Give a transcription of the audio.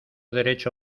derecho